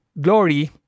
glory